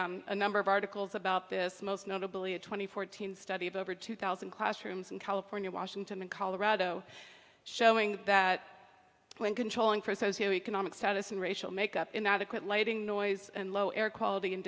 is a number of articles about this most notably a twenty fourteen study of over two thousand classrooms in california washington and colorado showing that when controlling for socio economic status and racial makeup inadequate lighting noise and low air quality and